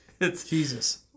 Jesus